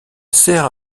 sert